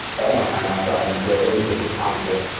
all my time outside and so, it was just a constant.